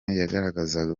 yagaragazaga